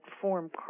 form